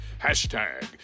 hashtag